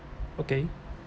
okay